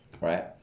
Right